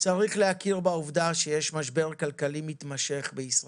צריך להכיר בעובדה שיש משבר כלכלי מתמשך בישראל,